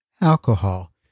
alcohol